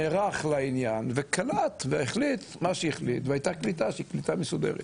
נערך לעניין וקלט והחליט מה שהחליט והייתה קליטה שהיא קליטה מסודרת